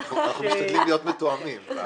אנחנו משתדלים להיות מתואמים.